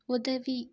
உதவி